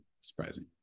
surprising